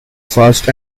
fast